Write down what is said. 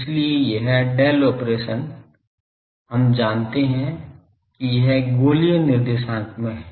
इसलिए यह del operation हम जानते हैं कि यह गोलीय निर्देशांक में है